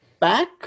back